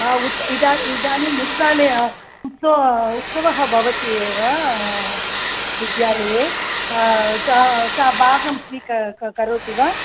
उत् इदा इदानीं मुद्रालये उत्सवः उत्सवः भवति एव विद्यालये सा सा भागं स्वीक स्वीकरोति वा